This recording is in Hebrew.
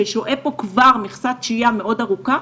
ששוהה פה כבר מכסת שהייה מאוד ארוכה,